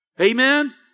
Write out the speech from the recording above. Amen